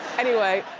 anyway,